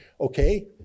Okay